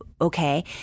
okay